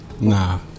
Nah